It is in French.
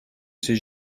ses